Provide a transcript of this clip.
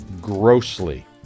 grossly